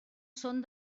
són